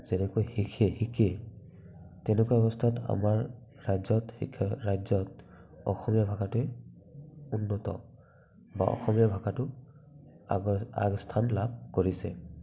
যেনেকৈ শিকে তেনেকুৱা ব্যৱস্থাত আমাৰ ৰাজ্যত শিক্ষা ব্যৱস্থা অসমীয়া ভাষাটোৱে উন্নত বা অসমীয়া ভাষাটো উন্নত স্থান লাভ কৰিছে